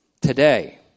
today